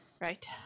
Right